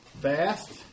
Fast